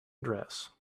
dress